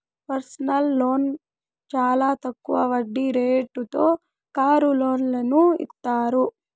personal loan చానా తక్కువ వడ్డీ రేటుతో కారు లోన్లను ఇత్తారు